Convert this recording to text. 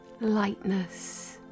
lightness